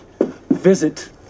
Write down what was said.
visit